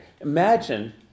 Imagine